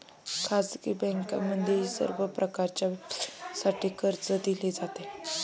खाजगी बँकांमध्येही सर्व प्रकारच्या व्यवसायासाठी कर्ज दिले जाते